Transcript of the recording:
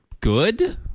good